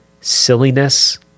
silliness